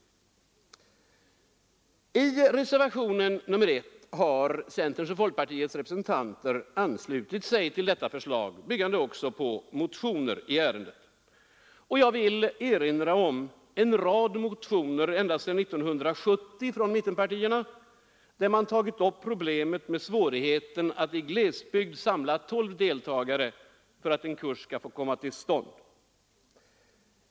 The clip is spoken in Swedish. I reservationen 1 har centerns och folkpartiets representanter anslutit sig till detta förslag som bygger på motioner i ärendet. Jag vill erinra om en rad motioner från mittenpartierna ända sedan 1970, vari man tagit upp svårigheten att i en glesbygd samla 12 deltagare så att en kurs kan komma till stånd.